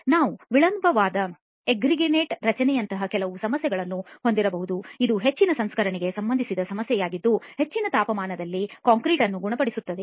ನಾವು ವಿಳಂಬವಾದ ಎಟ್ರಿಂಗೈಟ್ ರಚನೆಯಂತಹ ಕೆಲವು ಸಮಸ್ಯೆಗಳನ್ನು ಹೊಂದಿರಬಹುದು ಇದು ಹೆಚ್ಚಿನ ಸಂಸ್ಕರಣೆಗೆ ಸಂಬಂಧಿಸಿದ ಸಮಸ್ಯೆಯಾಗಿದ್ದು ಹೆಚ್ಚಿನ ತಾಪಮಾನದಲ್ಲಿ ಕಾಂಕ್ರೀಟ್ ಅನ್ನು ಗುಣಪಡಿಸಲಾಗುತ್ತದೆ